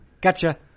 Gotcha